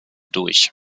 durch